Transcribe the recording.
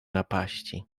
napaści